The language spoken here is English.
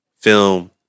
film